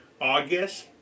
August